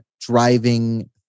driving